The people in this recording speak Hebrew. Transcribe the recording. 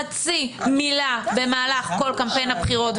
חצי מילה במהלך כל קמפיין הבחירות,